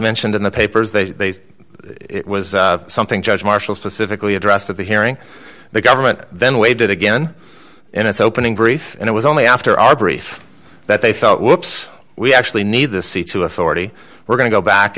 mentioned in the papers they it was something judge marshall specifically addressed at the hearing the government then waited again in its opening brief and it was only after our brief that they felt whoops we actually need to see to authority we're going to go back